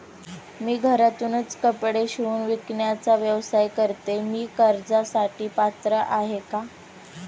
मी घरातूनच कपडे शिवून विकण्याचा व्यवसाय करते, मी कर्जासाठी पात्र आहे का?